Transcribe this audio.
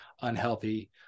unhealthy